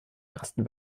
ersten